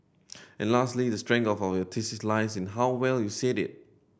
and lastly the strength of your thesis lies in how well you said it